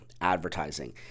advertising